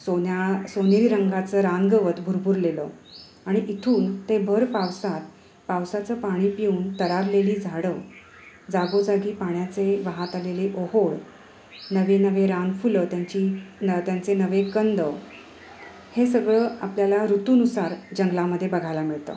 सोन्या सोनेरी रंगाचं रानगवत भरपूरलेलं आणि इथून ते भर पावसात पावसाचं पाणी पिऊन तरारलेली झाडं जागोजागी पाण्याचे वाहात आलेले ओहोळ नवे नवे रानफुलं त्यांची न त्यांचे नवे कंद हे सगळं आपल्याला ऋतूनुसार जंगलामध्ये बघायला मिळतं